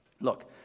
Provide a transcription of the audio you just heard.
Look